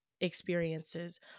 experiences